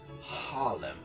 Harlem